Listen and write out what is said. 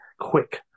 quick